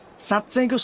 soothsayer?